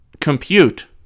compute